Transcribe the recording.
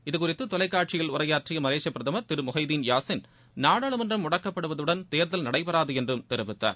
இதுகுறித்து தொலைக்காட்சியில் உரையாற்றிய மலேசிய பிரதமர் திரு மொகைதீன் யாசின் நாடாளுமன்றம் முடக்கப்படுவதுடன் தேர்தல் நடைபெறாது என்றும் தெரிவித்தார்